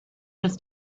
was